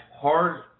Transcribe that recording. hard